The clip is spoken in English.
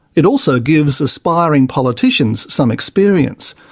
it also gives aspiring politicians some experience.